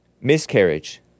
miscarriage